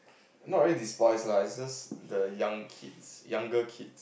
not really dispose lah it just the young kids younger kids